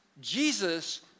Jesus